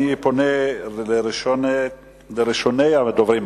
אני פונה לראשוני הדוברים,